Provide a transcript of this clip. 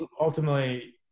ultimately